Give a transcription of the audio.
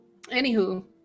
Anywho